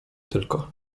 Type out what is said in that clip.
tylko